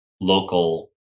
local